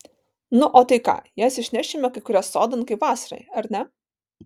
nu o tai ką jas išnešime kai kurias sodan kaip vasarai ar ne